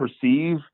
perceive